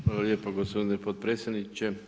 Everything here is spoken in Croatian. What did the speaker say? Hvala lijepo gospodine potpredsjedniče.